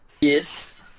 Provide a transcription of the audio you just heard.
Yes